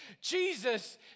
Jesus